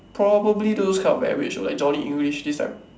probably those kind of average like Johnny English this type